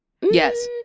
Yes